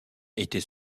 était